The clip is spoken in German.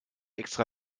extra